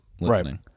listening